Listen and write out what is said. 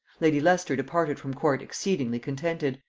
lady leicester departed from court exceedingly contented,